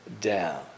down